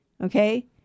Okay